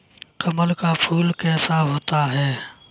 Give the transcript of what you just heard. कमल का फूल कैसा होता है?